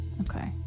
Okay